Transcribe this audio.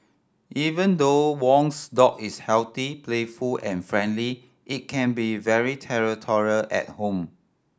even though Wong's dog is healthy playful and friendly it can be very territorial at home